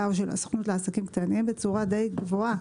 או של הסוכנות לעסקים קטנים בצורה די גבוהה.